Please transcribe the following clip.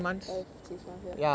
five six months ya